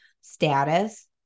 Status